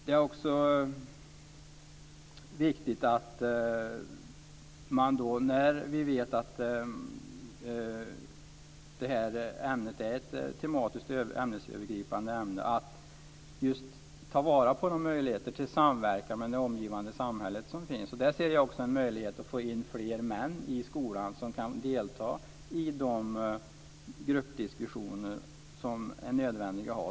I och med att ämnet är ett tematiskt övergripande ämne är det viktigt att ta till vara de möjligheter till samverkan med det omgivande samhället som finns. Där finns det en möjlighet att få in fler män i skolan som kan delta i de gruppdiskussioner som är nödvändiga.